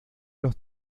los